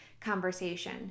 conversation